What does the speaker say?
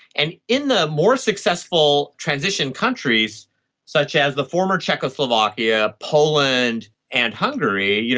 and in the more successful transition countries such as the former czechoslovakia, poland and hungary, you know